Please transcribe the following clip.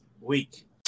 week